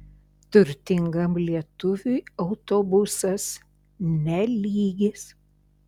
turtingam lietuviui autobusas ne lygis